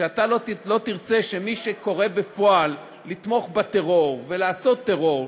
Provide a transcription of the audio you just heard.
שאתה לא תרצה שמי שקורא בפועל לתמוך בטרור ולעשות טרור,